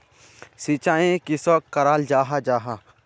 सिंचाई किसोक कराल जाहा जाहा?